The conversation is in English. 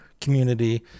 community